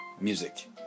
music